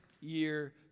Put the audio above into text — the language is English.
year